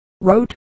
Wrote